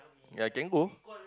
ya can you go